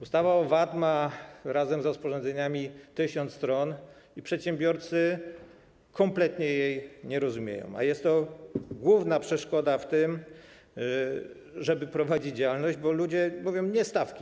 Ustawa o VAT ma razem z rozporządzeniami 1 tys. stron i przedsiębiorcy kompletnie jej nie rozumieją, a jest to główna przeszkoda w prowadzeniu działalności, bo ludzie mówią: nie stawki.